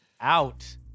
out